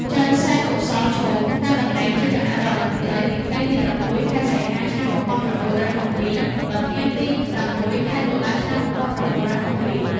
ចៅសែន កុសលឈុំ កាន់តំណែងជាគណៈរដ្ឋមន្ត្រីពីថ្ងៃទី៦ ខែសីហា ឆ្នាំ១៩៦២ ដល់ថ្ងៃទី ៦ ខែតុលា ឆ្នាំ១៩៦២។